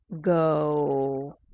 Go